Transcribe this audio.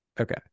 Okay